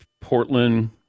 Portland